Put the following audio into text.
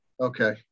Okay